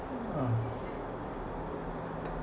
uh